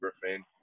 Griffin